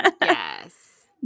Yes